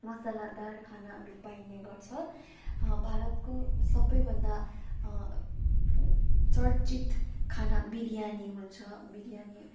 मसलादार खानाहरू पाइने गर्छ भारतको सबैभन्दा चर्चित खाना बिर्यानी हुन्छ बिर्यानी